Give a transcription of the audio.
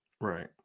Right